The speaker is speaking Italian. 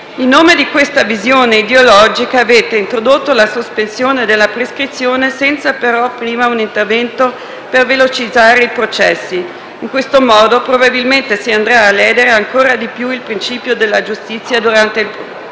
In nome di questa visione ideologica avete introdotto la sospensione della prescrizione, senza però prima un intervento per velocizzare i processi. In questo modo probabilmente si andrà a ledere ancor di più il principio della giusta durata del processo.